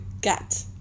get